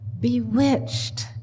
Bewitched